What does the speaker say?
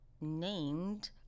named